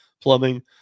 plumbing